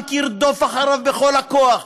הבנק ירדוף אחריו בכל הכוח.